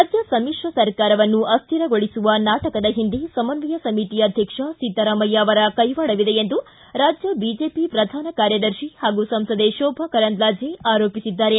ರಾಜ್ಯ ಸಮಿಶ್ರ ಸರ್ಕಾರವನ್ನು ಅಶ್ಥಿರಗೊಳಿಸುವ ನಾಟಕದ ಹಿಂದೆ ಸಮನ್ವಯ ಸಮಿತಿ ಅಧ್ಯಕ್ಷ ಸಿದ್ದರಾಮಯ್ಯ ಅವರ ಕೈವಾಡವಿದೆ ಎಂದು ರಾಜ್ಯ ಬಿಜೆಪಿ ಪ್ರಧಾನ ಕಾರ್ಯದರ್ಶಿ ಹಾಗೂ ಸಂಸದೆ ಶೋಭಾ ಕರಂದ್ಲಾಜೆ ಆರೋಪಿಸಿದ್ದಾರೆ